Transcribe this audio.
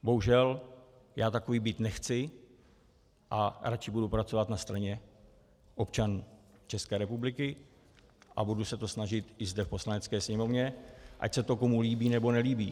Bohužel, já takový být nechci a radši budu pracovat na straně občanů ČR a budu se to snažit i zde v Poslanecké sněmovně, ať se to komu líbí, nebo nelíbí.